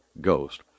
Ghost